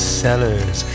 cellars